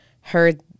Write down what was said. heard